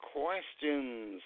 questions